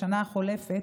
בשנה החולפת